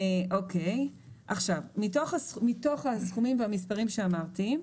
מתוך הסכומים והמספרים שאמרתי,